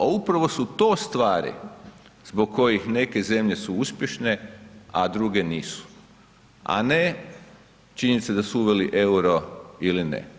A upravo su to stvari zbog kojih neke zemlje su uspješne a druge nisu, a ne činjenica da su uveli euro ili ne.